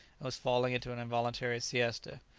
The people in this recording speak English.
and was falling into an involuntary siesta.